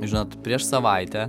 žinot prieš savaitę